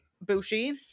Bushi